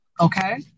Okay